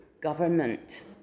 government